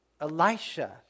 Elisha